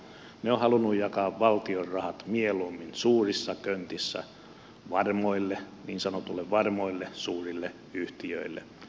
he ovat halunneet jakaa valtion rahat mieluummin suuressa köntissä varmoille niin sanotuille varmoille suurille yhtiöille